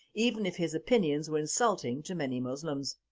even if his opinions were insulting to many muslims.